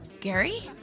Gary